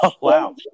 Wow